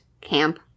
Camp